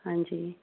हांजी